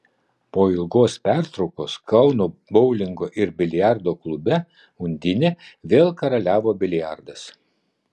po ilgos pertraukos kauno boulingo ir biliardo klube undinė vėl karaliavo biliardas